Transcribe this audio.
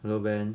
hello ben